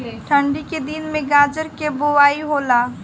ठन्डी के दिन में गाजर के बोआई होला